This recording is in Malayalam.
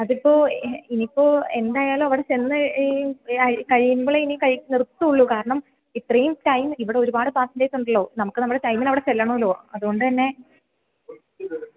അതിപ്പോൾ ഇനിയിപ്പോൾ എന്തായാലും അവിടെ ചെന്ന് കഴിയുമ്പോഴേ കഴി ഇനി നിർത്തുകയുള്ളൂ കാരണം ഇത്രയും ടൈം ഇവിടൊരുപാട് പാസഞ്ചേഴ്സ് ഉണ്ടല്ലോ നമുക്ക് നമ്മുടെ ടൈമിന് അവിടെ ചെല്ലണമല്ലോ അതു കൊണ്ടു തന്നെ